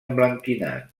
emblanquinat